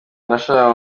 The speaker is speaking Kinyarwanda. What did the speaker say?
nashakaga